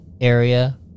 area